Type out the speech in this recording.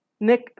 Nick